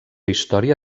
història